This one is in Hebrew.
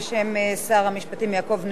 בשם שר המשפטים יעקב נאמן.